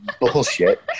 bullshit